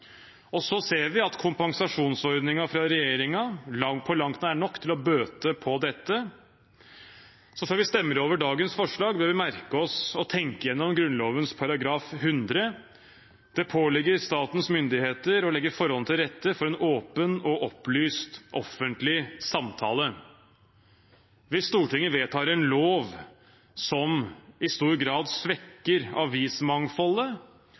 avisdød. Så ser vi at kompensasjonsordningen fra regjeringen på langt nær er nok til å bøte på dette. Før vi stemmer over dagens forslag, bør vi merke oss og tenke over Grunnloven § 100: «Det påligger statens myndigheter å legge forholdene til rette for en åpen og opplyst offentlig samtale.» Hvis Stortinget vedtar en lov som i stor grad svekker avismangfoldet,